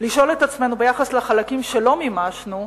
לשאול את עצמנו ביחס לחלקים שלא מימשנו,